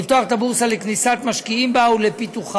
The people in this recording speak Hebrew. לפתוח את הבורסה לכניסת משקיעים בה ולפיתוחה.